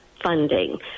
funding